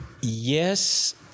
Yes